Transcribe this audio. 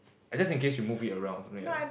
just in case you move it around something like that